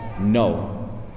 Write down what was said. no